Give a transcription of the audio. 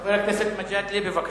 חבר הכנסת גאלב מג'אדלה, בבקשה.